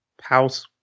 house